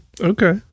okay